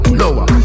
lower